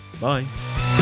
bye